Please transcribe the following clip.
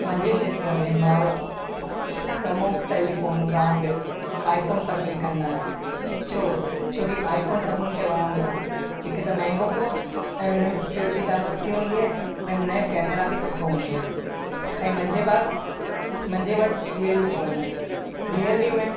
मुंहिंजे खेत्र में माण्हू प्रमुख टेलीफ़ोन ब्रांड आईफ़ोन पसंदि कंदा छो छो की आईफ़ोन सभिनीनि खे वणंदो आहे हिकु त महांगो फ़ोन ऐं हुनमें सिक्योरिटी जाम सुठी हूंदी आहे ऐं हुनजे कैमरा बि सुठो हूंदो आहे ऐं मुंहिंजे पास मुंहिजे वटि रियलमी फ़ोन आहे रियलमी में